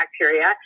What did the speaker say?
bacteria